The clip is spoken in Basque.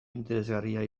interesgarria